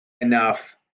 enough